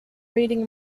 reading